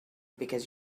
because